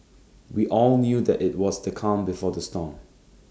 we all knew that IT was the calm before the storm